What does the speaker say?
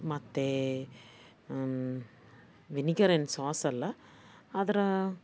ಮತ್ತು ವಿನಿಗರ್ ಏನು ಸಾಸ್ ಅಲ್ಲ ಆದ್ರೆ